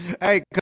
Hey